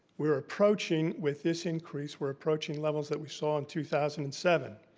we're approaching, with this increase, we're approaching levels that we saw in two thousand and seven.